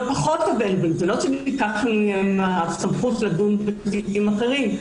הם פחות נגישים הרי לא נלקחת מהם הסמכות לדון בתיקים אחרים,